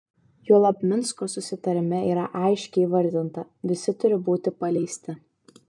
juolab minsko susitarime yra aiškiai įvardinta visi turi būti paleisti